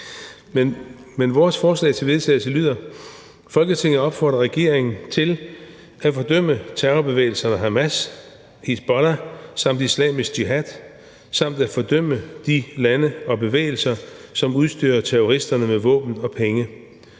følgende: Forslag til vedtagelse »Folketinget opfordrer regeringen til at fordømme terrorbevægelserne Hamas, Hizbollah samt Islamisk Jihad samt at fordømme de lande og bevægelser, som udstyrer terroristerne med våben og penge.